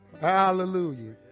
Hallelujah